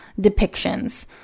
depictions